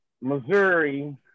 Missouri